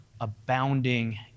abounding